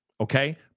Okay